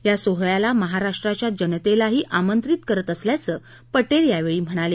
या सोहळ्याला महाराष्ट्राच्या जनतेलाही आमंत्रित करत असल्याचं पटेल यावेळी म्हणाले